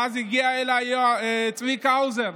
ואז הגיע אליי צביקה האוזר,